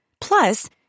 Plus